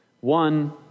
One